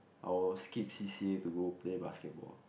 I'll skip C_C_A to go play basketball